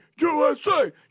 USA